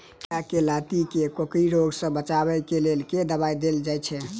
खीरा केँ लाती केँ कोकरी रोग सऽ बचाब केँ लेल केँ दवाई देल जाय छैय?